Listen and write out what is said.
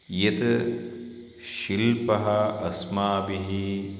यत् शिल्पः अस्माभिः